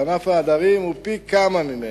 וענף ההדרים הוא פי כמה ממנו,